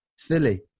Philly